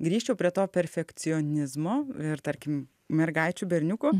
grįžčiau prie to perfekcionizmo ir tarkim mergaičių berniukų